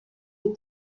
die